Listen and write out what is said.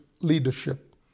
leadership